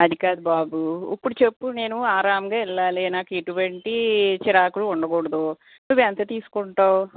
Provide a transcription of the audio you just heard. అది కాదు బాబు ఇప్పుడు చెప్పు నేను ఆరాంగా వెళ్ళాలి నాకు ఎటువంటి చిరాకులు ఉండకూడదు నువ్వు ఎంత తీసుకుంటావు